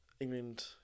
England